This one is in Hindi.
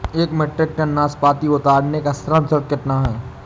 एक मीट्रिक टन नाशपाती उतारने का श्रम शुल्क कितना होगा?